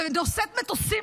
זה נושאת מטוסים,